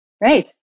right